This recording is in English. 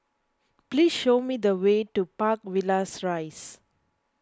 please show me the way to Park Villas Rise